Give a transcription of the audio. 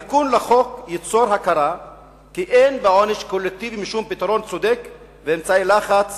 התיקון לחוק ייצור הכרה שאין בעונש קולקטיבי משום פתרון צודק ואמצעי לחץ